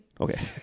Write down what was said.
Okay